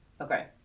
Okay